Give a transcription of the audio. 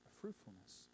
fruitfulness